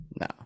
No